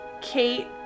Kate